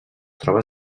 troba